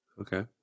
Okay